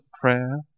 prayer